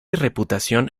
reputación